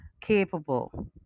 capable